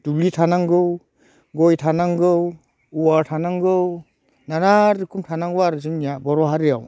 दुब्लि थानांगौ गय थानांगौ औवा थानांगौ नानान रोखोम थानांगौ आरो जोंनिया बर' हारियाव